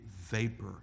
vapor